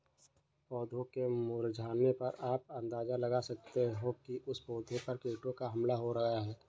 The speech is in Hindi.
पौधों के मुरझाने पर आप अंदाजा लगा सकते हो कि उस पौधे पर कीटों का हमला हो गया है